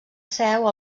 seu